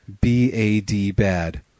B-A-D-Bad